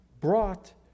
brought